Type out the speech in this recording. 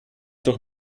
doch